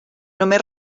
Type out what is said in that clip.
només